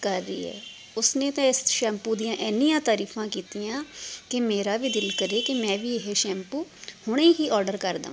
ਕਰ ਰਹੀ ਹੈ ਉਸ ਨੇ ਤਾਂ ਇਸ ਸ਼ੈਂਪੂ ਦੀਆਂ ਇੰਨੀਆਂ ਤਾਰੀਫ਼ਾਂ ਕੀਤੀਆਂ ਕਿ ਮੇਰਾ ਵੀ ਦਿਲ ਕਰੇ ਕਿ ਮੈਂ ਵੀ ਇਹ ਸ਼ੈਂਪੂ ਹੁਣ ਹੀ ਓਡਰ ਕਰ ਦੇਵਾਂ